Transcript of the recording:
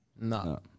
No